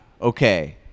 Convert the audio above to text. okay